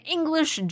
English